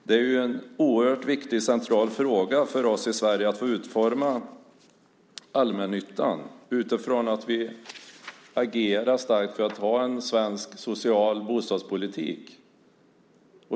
Det är ju en oerhört viktig central fråga för oss i Sverige att få utforma allmännyttan utifrån att vi agerar starkt för att ha en svensk social bostadspolitik.